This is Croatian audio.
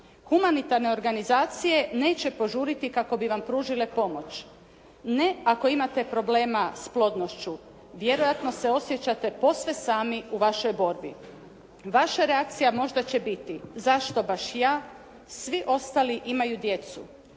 Humanitarne organizacije neće požuriti kako bi vam pružile pomoć ne ako imate problema s plodnošću, vjerojatno se osjećate posve sami u vašoj borbi Vaša reakcija možda će biti zašto baš ja, svi ostali imaju djecu.